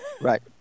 Right